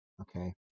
Okay